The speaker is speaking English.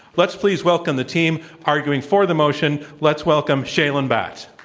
let's please welcome the team arguing for the motion. let's welcome shailen bhatt.